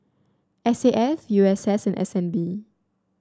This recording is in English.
S A F U S S and S N B